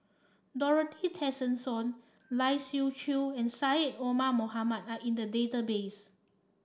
Dorothy Tessensohn Lai Siu Chiu and Syed Omar Mohamed are in the database